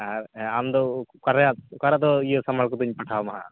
ᱟᱨ ᱟᱢ ᱫᱚ ᱚᱠᱟᱨᱮ ᱚᱠᱟᱨᱮ ᱟᱫᱚ ᱤᱭᱟᱹ ᱥᱟᱢᱟᱱ ᱠᱚᱫᱚᱧ ᱯᱟᱴᱷᱟᱣ ᱟᱢᱟ ᱦᱟᱸᱜ